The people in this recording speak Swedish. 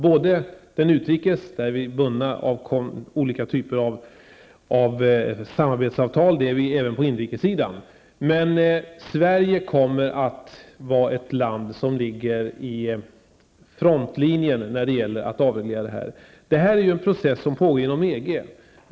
Både när det gäller utrikes flyg och inrikes flyg är vi bundna av samarbetsavtal. Sverige kommer att vara ett land som ligger i frontlinjen när det gäller att avreglera på det här området. Det är en process som pågår inom EG.